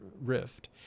Rift